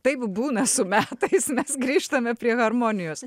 taip būna su metais mes grįžtame prie harmonijos